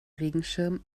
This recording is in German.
regenschirm